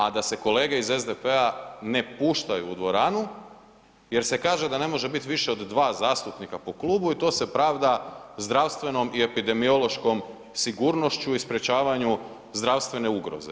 A da se kolege iz SDP-a ne puštaju u dvoranu jer se kaže da ne može biti više od 2 zastupnika po klubu i to se pravda zdravstvenom i epideomiološkom sigunošću i sprječavanju zdravstvene ugroze.